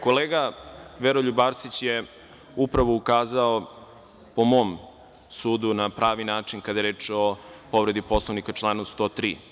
Kolega Veroljub Arsić je upravo ukazao, po mom sudu, na pravi način kada je reč o povredi Poslovnika član 103.